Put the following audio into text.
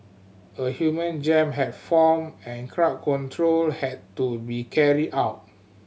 a human jam had formed and crowd control had to be carried out